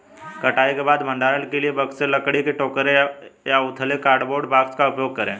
कटाई के बाद भंडारण के लिए बक्से, लकड़ी के टोकरे या उथले कार्डबोर्ड बॉक्स का उपयोग करे